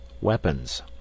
weapons